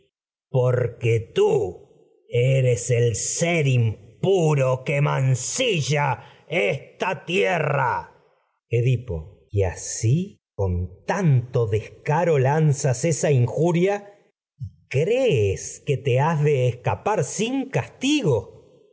tú eres el impuro con mancilla esta tierra edipo ria y asi tanto descaro lanzas esa inju y crees que has de escapar sin castigo